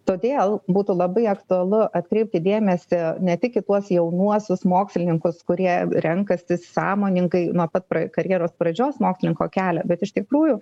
todėl būtų labai aktualu atkreipti dėmesį ne tik į tuos jaunuosius mokslininkus kurie renkasi sąmoningai nuo pat karjeros pradžios mokslininko kelią bet iš tikrųjų